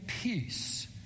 peace